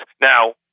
Now